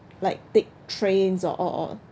like take trains or or or